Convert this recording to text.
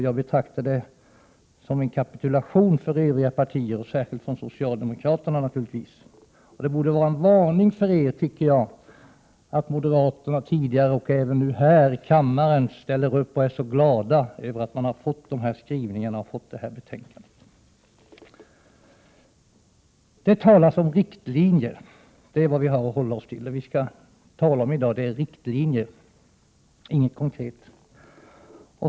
Jag betraktar det som en kapitulation för övriga partier, särskilt från socialdemokraternas sida naturligtvis. Jag tycker att det borde vara en varning för er att moderaterna tidigare och nu även här i kammaren ställer upp och är så glada över de skrivningar man har fått i detta betänkande. Det talas om riktlinjer. Det är vad vi har att hålla oss till. Det vi skall tala om i dag är riktlinjer, inget konkret.